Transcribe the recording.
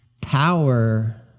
power